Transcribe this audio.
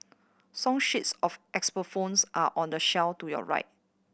song sheets of xylophones are on the shelf to your right